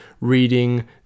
reading